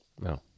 No